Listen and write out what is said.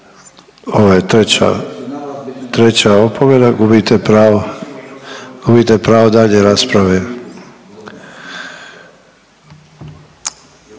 Ovo je treća opomena, gubite pravo dalje rasprave.